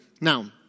Now